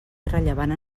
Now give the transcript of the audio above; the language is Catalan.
irrellevant